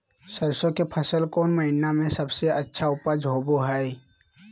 सरसों के फसल कौन महीना में सबसे अच्छा उपज होबो हय?